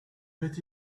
met